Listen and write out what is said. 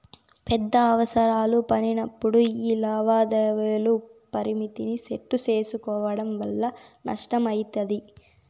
పెద్ద అవసరాలు పడినప్పుడు యీ లావాదేవీల పరిమితిని సెట్టు సేసుకోవడం వల్ల నష్టమయితది